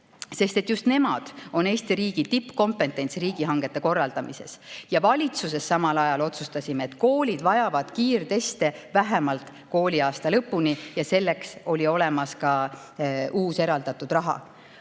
sest just nendel on Eesti riigis tippkompetents riigihangete korraldamises. Valitsuses me samal ajal otsustasime, et koolid vajavad kiirteste vähemalt kooliaasta lõpuni, ja selleks oli olemas ka uus eraldatud raha.